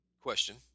question